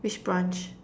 which branch